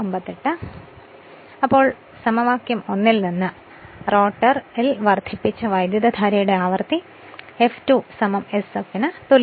അതിനാൽ സമവാക്യം 1 ൽ നിന്ന് റോട്ടറിൽ വർദ്ധിപ്പിച്ച വൈദ്യുതധാരയുടെ ആവൃത്തി F2 sf ന് തുല്യമാണ് ഇത് നമ്മൾ കണ്ടു